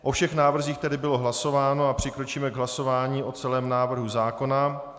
O všech návrzích tedy bylo hlasováno a přikročíme k hlasování o celém návrhu zákona.